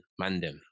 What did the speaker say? mandem